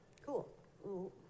Cool